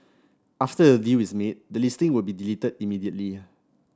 after a deal is made the listing would be deleted immediately